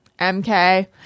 MK